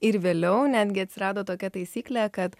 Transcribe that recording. ir vėliau netgi atsirado tokia taisyklė kad